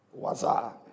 waza